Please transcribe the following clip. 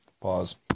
Pause